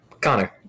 Connor